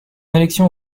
élection